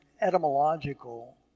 etymological